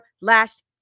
last